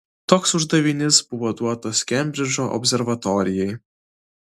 toks uždavinys buvo duotas kembridžo observatorijai